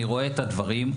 אני רואה את הדברים.